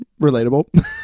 Relatable